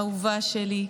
אהובה שלי,